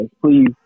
please